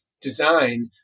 design